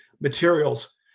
materials